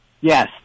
Yes